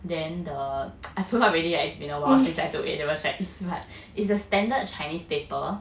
then the I forgot already it's been a while since I took A levels chinese but it's the standard chinese paper